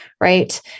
right